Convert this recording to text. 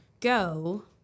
go